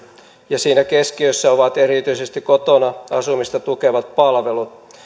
ja siinä keskiössä ovat erityisesti kotona asumista tukevat palvelut